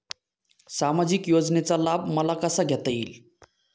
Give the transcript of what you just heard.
सामाजिक योजनेचा लाभ मला कसा घेता येईल?